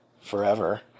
forever